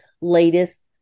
latest